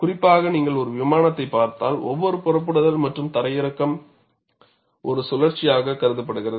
குறிப்பாக நீங்கள் ஒருவிமானத்தை பார்த்தால் ஒவ்வொரு புறப்படுதல் மற்றும் தரையிறக்கம் ஒரு சுழற்சியாகக் கருதப்படுகிறது